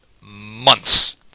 months